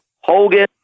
Hogan